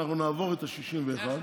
אנחנו נעבור את ה-61,